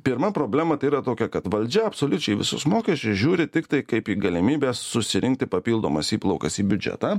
pirma problema tai yra tokia kad valdžia absoliučiai visus mokesčius žiūri tiktai kaip į galimybę susirinkti papildomas įplaukas į biudžetą